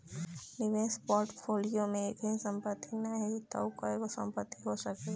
निवेश पोर्टफोलियो में एकही संपत्ति नाही तअ कईगो संपत्ति हो सकेला